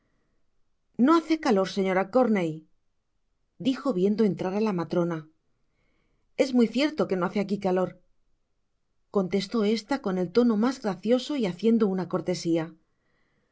no hace calor señora corney dijo viendo entrar á la matrona es muy cierto que no hace aqui calor contestó esta con el tono mas gracioso y haciendo una cortesia